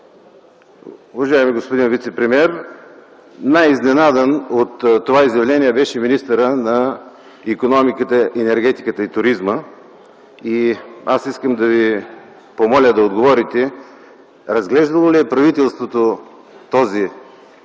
Уважаеми господин вицепремиер, най-изненадан от това изявление беше министърът на икономиката, енергетиката и туризма. Искам да Ви помоля да отговорите: разглеждало ли е правителството проблема